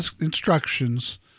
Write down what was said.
instructions